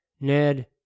Ned